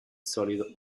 solid